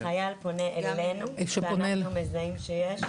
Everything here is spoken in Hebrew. כשהחייל פונה אלינו ואנחנו מזהים שיש,